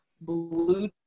blue